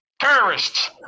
Terrorists